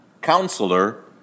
Counselor